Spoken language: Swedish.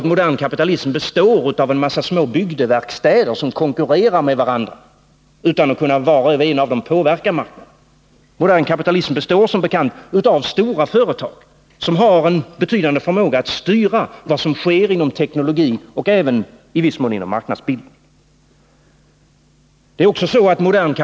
Modern kapitalism består ju inte av en mängd små bygdeverkstäder som konkurrerar med varandra utan att var och en för sig kunna påverka marknaden. Modern kapitalism består som bekant av stora företag, som har en betydande förmåga att styra vad som sker inom teknologin och, i viss mån, inom marknadsbilden.